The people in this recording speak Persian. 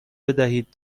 بدهید